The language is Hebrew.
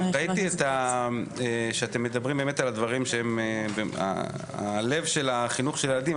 ראיתי שאתם מדברים באמת על הדברים שהם הלב של החינוך של הילדים.